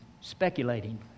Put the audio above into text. speculating